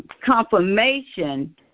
confirmation